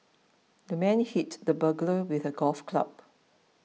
the man hit the burglar with a golf club